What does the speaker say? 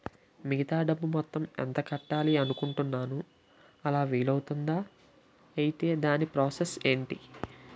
మిగతా డబ్బు మొత్తం ఎంత కట్టాలి అనుకుంటున్నాను అలా వీలు అవ్తుంధా? ఐటీ దాని ప్రాసెస్ ఎంటి?